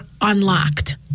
unlocked